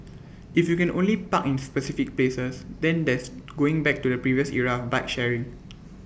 if you can only park in specific places then that's going back to the previous era of bike sharing